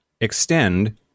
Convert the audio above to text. extend